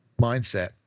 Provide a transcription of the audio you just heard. mindset